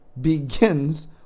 begins